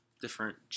different